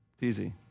Easy